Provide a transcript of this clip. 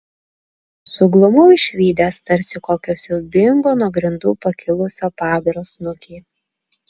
suglumau išvydęs tarsi kokio siaubingo nuo grindų pakilusio padaro snukį